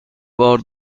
بار